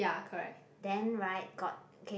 then right got okay